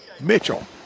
Mitchell